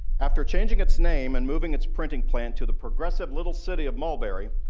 after changing its name and moving its printing plant to the progressive little city of mulberry,